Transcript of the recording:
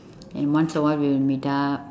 and once a while we will meet up